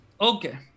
Okay